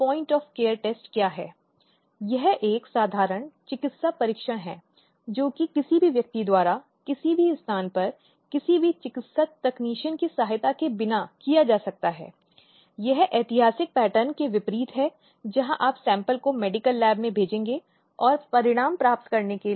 पिछले व्याख्यान में हमने लैंगिक हिंसा की धारणा और भारतीय परिप्रेक्ष्य में लैंगिक हिंसा को समझने की कोशिश की है जहाँ यह महिलाओं के खिलाफ अलग अलग अपराधों का रूप लेती है